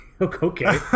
Okay